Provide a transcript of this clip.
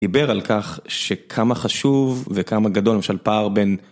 דיבר על כך שכמה חשוב וכמה גדול למשל פער בין